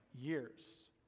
years